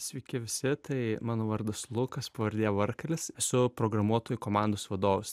sveiki visi tai mano vardas lukas pavardė varkalis esu programuotojų komandos vadovas